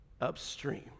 upstream